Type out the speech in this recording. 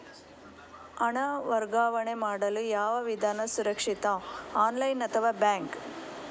ಹಣ ವರ್ಗಾವಣೆ ಮಾಡಲು ಯಾವ ವಿಧಾನ ಸುರಕ್ಷಿತ ಆನ್ಲೈನ್ ಅಥವಾ ಬ್ಯಾಂಕ್?